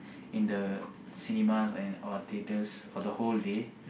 in the cinemas and or theatres for the whole day